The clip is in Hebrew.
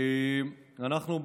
אנחנו,